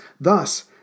thus